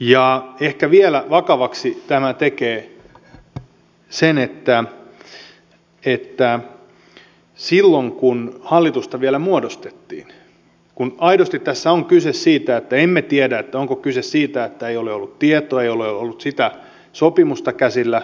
ja ehkä vielä vakavaksi tämän tekee se että silloin kun hallitusta vielä muodostettiin kun aidosti tässä on kyse siitä että emme tiedä onko kyse siitä että ei ole ollut tietoa ei ole ollut sitä sopimusta käsillä